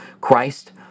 Christ